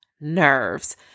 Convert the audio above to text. nerves